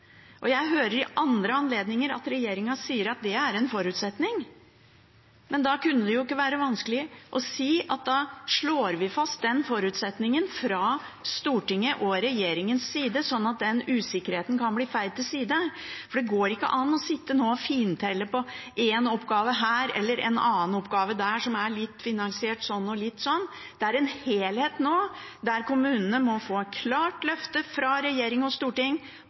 dekket. Jeg hører i andre anledninger regjeringen si at det er en forutsetning. Men da kan det ikke være vanskelig å si at vi slår fast den forutsetningen fra Stortinget og regjeringens side, slik at den usikkerheten kan bli feid til side. Det går ikke an å sitte nå og fintelle på en oppgave her og en annen oppgave der, som er finansiert litt sånn og litt sånn. Det er en helhet nå, der kommunene må få et klart løfte fra regjering og storting